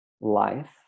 life